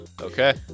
Okay